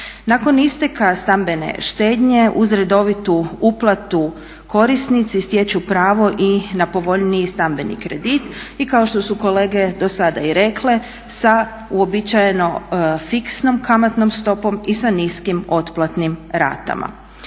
Nakon isteka stambene štednje uz redovitu uplatu korisnici stječu pravo i na povoljniji stambeni kredit i kao što su kolege do sada i rekle, sa uobičajenom fiksnom kamatnom stopom i sa niskim otplatnim ratama.